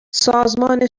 سازمان